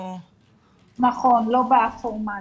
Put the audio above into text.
נכון, לא בא-פורמלי.